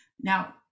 Now